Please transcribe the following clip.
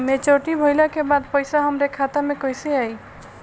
Maturity भईला के बाद पईसा हमरे खाता में कइसे आई?